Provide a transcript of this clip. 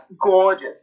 gorgeous